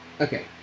Okay